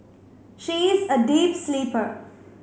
she is a deep sleeper